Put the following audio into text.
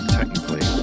technically